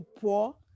poor